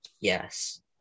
Yes